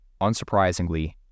Unsurprisingly